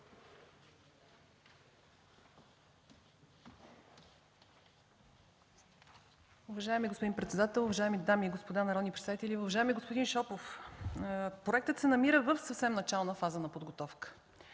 Уважаеми господин председател, уважаеми дами и господа народни представители! Уважаеми господин Шопов, проектът се намира в съвсем начална фаза на подготовка.